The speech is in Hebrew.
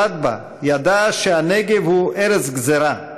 שאנו עורכים כאן מדי שנה לצד ישיבות